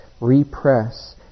repress